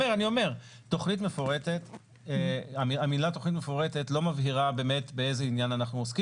המילה תכנית מפורטת לא מבהירה באמת באיזה עניין אנחנו עוסקים